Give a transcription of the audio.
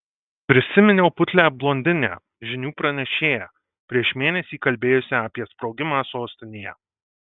prisiminiau putlią blondinę žinių pranešėją prieš mėnesį kalbėjusią apie sprogimą sostinėje